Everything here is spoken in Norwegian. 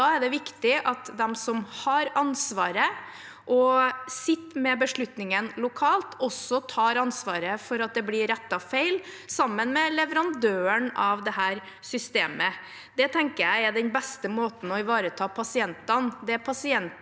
da er det viktig at de som har ansvaret og sitter med beslutningen lokalt, også tar ansvaret for at feil blir rettet, sammen med leverandøren av dette systemet. Det tenker jeg er den beste måten å ivareta pasientene